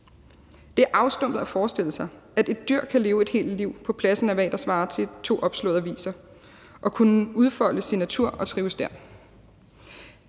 Det er afstumpet at forestille sig, at et dyr kan leve et helt liv på en plads, der svarer til to opslåede aviser, og kunne udfolde sin natur og trives der.